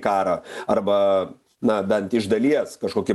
karą arba na bent iš dalies kažkokį